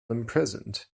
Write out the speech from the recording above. imprisoned